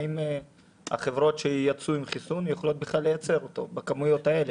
האם החברות שיצאו עם חיסון יכולות בכלל לייצר אותו בכמויות האלה?